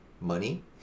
money